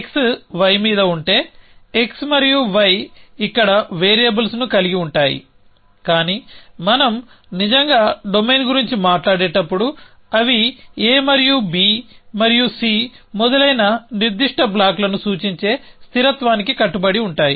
x y మీద ఉంటే x మరియు y ఇక్కడ వేరియబుల్స్ను కలిగి ఉంటాయి కానీ మనం నిజంగా డొమైన్ గురించి మాట్లాడేటప్పుడు అవి a మరియు b మరియు c మొదలైన నిర్దిష్ట బ్లాక్లను సూచించే స్థిరత్వానికి కట్టుబడి ఉంటాయి